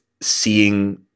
seeing